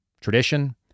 tradition